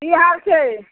कि हाल छै